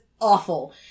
awful